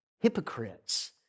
hypocrites